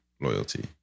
loyalty